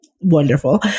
wonderful